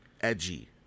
edgy